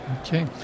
Okay